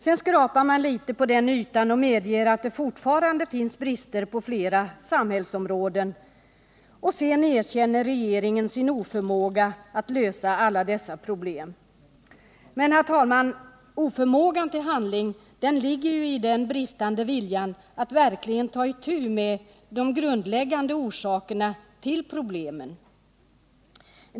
Sedan skrapar man litet på ytan och medger att det fortfarande finns brister på flera samhällsområden. Därefter erkänner regeringen sin oförmåga att lösa alla dessa problem. Men, herr talman, oförmågan till handling ligger ju i den bristande viljan att verkligen ta itu med de grundläggande orsakerna till problemen.